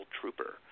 trooper